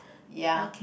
ya